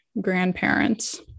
grandparents